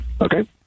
Okay